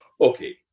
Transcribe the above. Okay